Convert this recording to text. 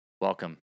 welcome